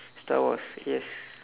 star wars yes